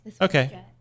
Okay